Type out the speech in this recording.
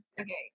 Okay